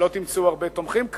לא תמצאו הרבה תומכים.